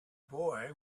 boy